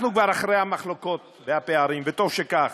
אנחנו כבר אחרי המחלוקות והפערים, וטוב שכך,